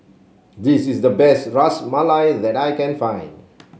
this is the best Ras Malai that I can find